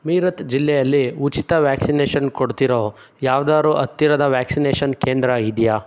ಮೀರತ್ ಜಿಲ್ಲೆಯಲ್ಲಿ ಉಚಿತ ವ್ಯಾಕ್ಸಿನೇಶನ್ ಕೊಡ್ತಿರೊ ಯಾವ್ದಾದ್ರೂ ಹತ್ತಿರದ ವ್ಯಾಕ್ಸಿನೇಶನ್ ಕೇಂದ್ರ ಇದೆಯಾ